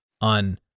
on